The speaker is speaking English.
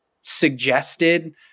suggested